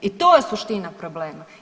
I to je suština problema.